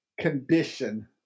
condition